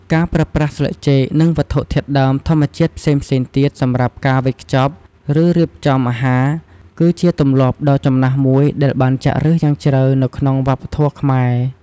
ការប្រើប្រាស់ស្លឹកចេក និងវត្ថុធាតុដើមធម្មជាតិផ្សេងៗទៀតសម្រាប់ការវេចខ្ចប់ ឬរៀបចំអាហារ គឺជាទម្លាប់ដ៏ចំណាស់មួយដែលបានចាក់ឫសយ៉ាងជ្រៅនៅក្នុងវប្បធម៌ខ្មែរ។